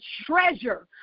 treasure